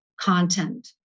content